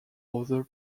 other